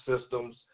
systems